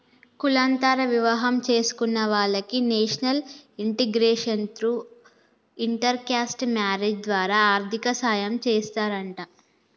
కులాంతర వివాహం చేసుకున్న వాలకి national integration through inter caste marriage ద్వారా ఆర్థిక సాయం చేస్తారంట